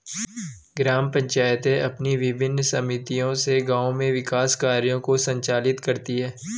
ग्राम पंचायतें अपनी विभिन्न समितियों से गाँव में विकास कार्यों को संचालित करती हैं